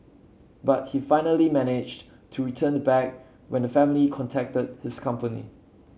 but he finally managed to return the bag when the family contacted his company